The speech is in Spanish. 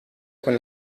con